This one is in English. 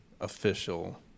official